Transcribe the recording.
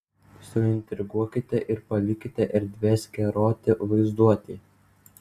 suintriguokite ir palikite erdvės keroti vaizduotei